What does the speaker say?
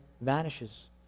vanishes